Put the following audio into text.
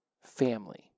family